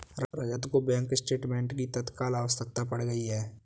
रजत को bank statement की तत्काल आवश्यकता पड़ गई है